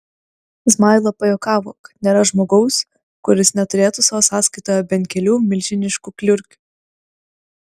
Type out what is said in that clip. zmaila pajuokavo kad nėra žmogaus kuris neturėtų savo sąskaitoje bent kelių milžiniškų kliurkių